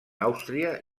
àustria